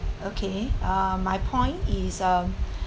okay uh my point is um